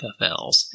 FFLs